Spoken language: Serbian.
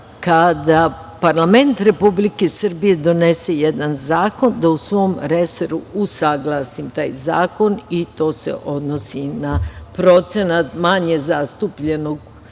kada parlament Republike Srbije donese jedan zakon, da u svom resoru usaglasim taj zakon i to se odnosi na procenat manje zastupljenog